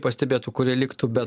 pastebėtų kurie liktų be